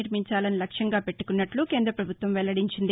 నిర్మించాలని లక్ష్యంగా పెట్టుకున్నట్లు కేంద్ర ప్రభుత్వం వెల్లడించింది